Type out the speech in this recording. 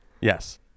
Yes